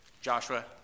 Joshua